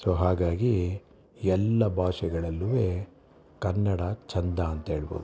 so ಹಾಗಾಗಿ ಎಲ್ಲ ಭಾಷೆಗಳಲ್ಲೂ ಕನ್ನಡ ಚೆಂದ ಅಂತ ಹೇಳ್ಬೋದು